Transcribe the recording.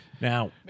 Now